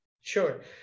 Sure